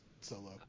solo